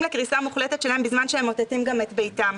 לקריסה מוחלטת שלהם בזמן שהם ממוטטים גם את ביתם.